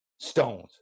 stones